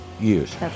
years